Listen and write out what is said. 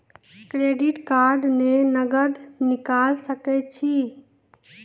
Credit card से नगद निकाल सके छी?